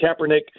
Kaepernick